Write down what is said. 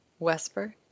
Wesper